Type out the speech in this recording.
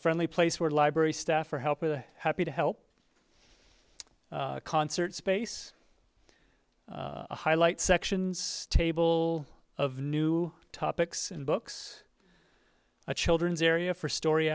friendly place where library staff for help with the happy to help concert space highlight sections table of new topics in books a children's area for story